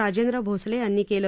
राजेंद्र भोसले यांनी आज केलं